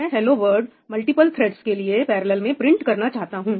मैं hello world multiple threads के लिए पैरलल में प्रिंट करना चाहता हूं